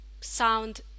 sound